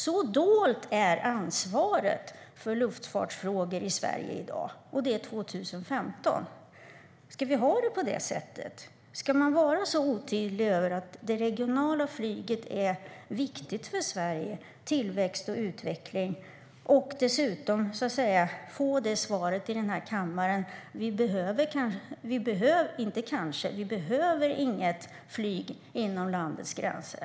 Så dolt är ansvaret för luftfartsfrågor i Sverige i dag, 2015. Ska vi ha det på det sättet? Ska man vara så otydlig i frågan om det regionala flyget är viktigt för Sverige, för tillväxt och för utveckling och dessutom få det svaret i den här kammaren att vi inte behöver något flyg inom landets gränser?